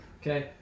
Okay